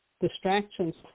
Distractions